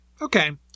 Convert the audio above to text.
Okay